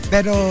Pero